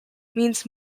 means